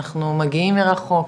אנחנו מגיעים מרחוק,